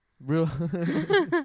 Real